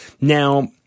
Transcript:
Now